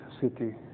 city